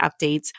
updates